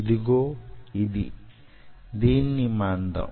ఇదిగో ఇది దీని మందం